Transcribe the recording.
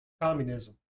communism